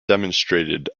demonstrated